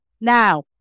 Now